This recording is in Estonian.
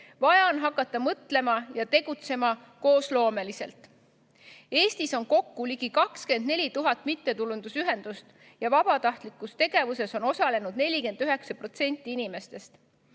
vaja on hakata mõtlema ja tegutsema koosloomeliselt. Eestis on kokku ligi 24 000 mittetulundusühendust ja vabatahtlikus tegevuses on osalenud 49% inimestest.